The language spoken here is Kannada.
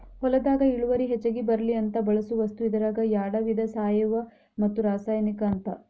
ಹೊಲದಾಗ ಇಳುವರಿ ಹೆಚಗಿ ಬರ್ಲಿ ಅಂತ ಬಳಸು ವಸ್ತು ಇದರಾಗ ಯಾಡ ವಿಧಾ ಸಾವಯುವ ಮತ್ತ ರಾಸಾಯನಿಕ ಅಂತ